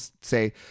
say